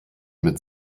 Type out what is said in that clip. mit